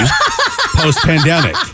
post-pandemic